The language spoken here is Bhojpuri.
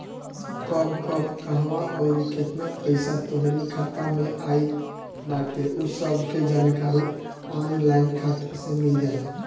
कब कब कहवा अउरी केतना पईसा तोहरी खाता में आई बाटे उ सब के जानकारी ऑनलाइन खाता से मिल जाला